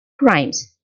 crimes